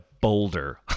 boulder